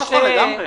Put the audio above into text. נכון, לגמרי.